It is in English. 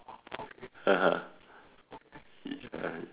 (uh huh) uh